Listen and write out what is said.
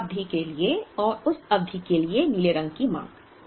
इस अवधि के लिए और इस अवधि के लिए नीले रंग की मांग